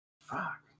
Fuck